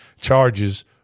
charges